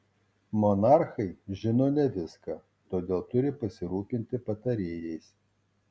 monarchai žino ne viską todėl turi pasirūpinti patarėjais